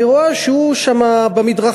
והיא רואה שהוא שם במדרכה,